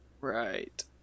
Right